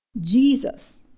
Jesus